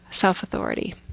self-authority